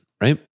right